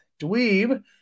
Dweeb